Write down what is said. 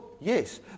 Yes